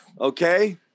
okay